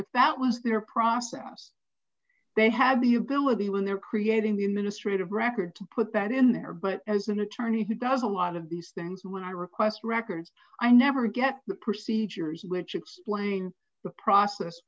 ability that was their process they had the ability when they're creating the administrative record to put that in there but as an attorney who does a lot of these things my request records i never get the procedures which explain the process